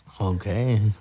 Okay